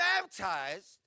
baptized